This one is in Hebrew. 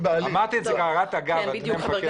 אמרתי את זה בהערת אגב כי